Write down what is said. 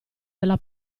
della